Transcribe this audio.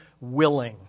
willing